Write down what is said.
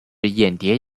眼蝶